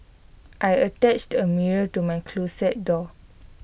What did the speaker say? I attached A mirror to my closet door